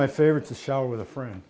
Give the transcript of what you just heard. my favorites a shower with a friend